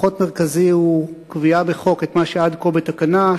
הפחות מרכזי הוא קביעה בחוק של מה שעד כה היה בתקנה,